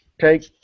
take